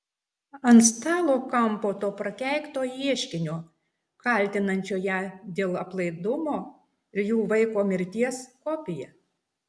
ant stalo kampo to prakeikto ieškinio kaltinančio ją dėl aplaidumo ir jų vaiko mirties kopija